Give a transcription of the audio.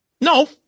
No